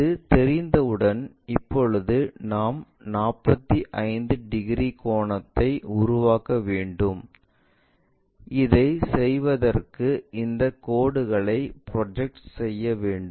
அது தெரிந்தவுடன் இப்போது நாம் 45 டிகிரி கோணத்தை உருவாக்க வேண்டும் இதை செய்வதற்கு இந்த கோடுகளை ப்ரொஜெக்ட் செய்ய வேண்டும்